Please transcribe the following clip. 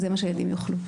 זה מה שהילדים יאכלו.